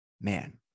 Man